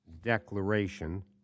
declaration